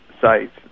sites